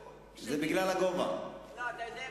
יודע,